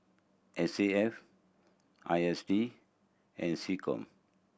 S A F I S D and SecCom